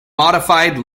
modified